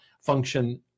function